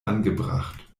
angebracht